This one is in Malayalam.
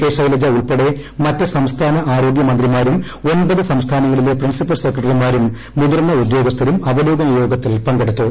കെ ശൈല്പജ് ഉൾപ്പെടെ മറ്റ് സംസ്ഥാന ആരോഗ്യ മന്ത്രിമാരും ഒൻപത് സംസ്ഥാനങ്ങളിലെ പ്രിൻസിപ്പൽ സെക്രട്ടറിമാരും മുതിർന്ന ഉദ്യോഗസ്ഥരും അവ്വലോകന യോഗത്തിൽ പങ്കെടുത്തു